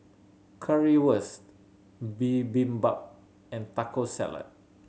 Currywurst Bibimbap and Taco Salad